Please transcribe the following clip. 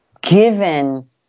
given